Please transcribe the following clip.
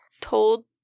told